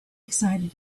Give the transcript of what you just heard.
excited